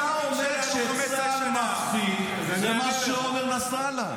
אתה אומר שצה"ל מפסיד, זה מה שאומר נסראללה.